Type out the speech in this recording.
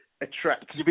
attract